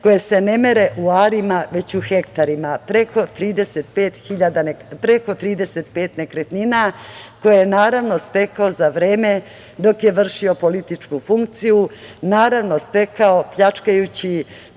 koje se ne mere u arima, već u hektarima, preko 35 nekretnina, koje je naravno stekao za vreme dok je vršio političku funkciju, naravno, stekao pljačkajući